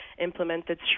implemented